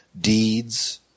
deeds